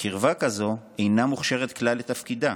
וקרבה כזו אינה מוכשרת כלל לתפקידה: